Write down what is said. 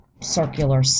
circular